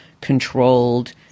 controlled